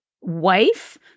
wife